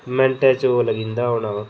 मैंटें च लग्गी पौंदा हा ओह् होना